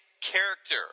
character